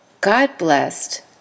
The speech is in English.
God-blessed